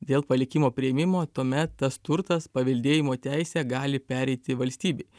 dėl palikimo priėmimo tuomet tas turtas paveldėjimo teise gali pereiti valstybei